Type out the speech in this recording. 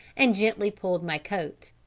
and gently pulled my coat.